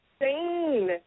insane